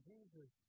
Jesus